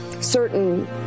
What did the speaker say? certain